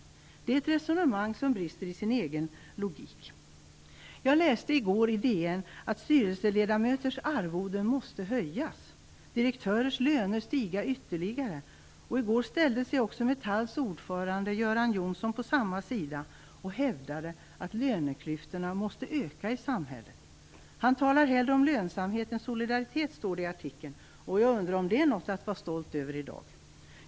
Det är ett resonemang som brister i logik. Jag läste i går i DN att styrelseledamöters arvoden måste höjas och direktörers löner stiga ytterligare. I går ställde sig även Metalls ordförande Göran Johnsson på samma sida och hävdade att löneklyftorna måste öka i samhället. Han talar hellre om lönsamhet än om solidaritet, står det i artikeln. Jag undrar: Är det något att vara stolt över i dag?